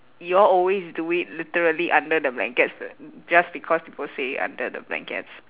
you all always do it literally under the blankets just because people say under the blankets